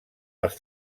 els